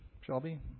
Shelby